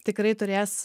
tikrai turės